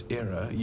era